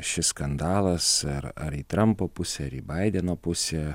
šis skandalas ar ar į trampo pusę ar į baideno pusę